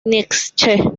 nietzsche